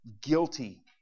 Guilty